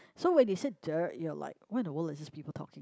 so when they say duh you're like what in the world is these people talking